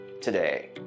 today